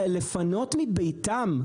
לפנות מביתם,